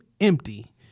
empty